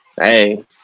Hey